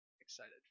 excited